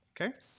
Okay